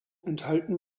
enthalten